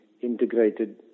integrated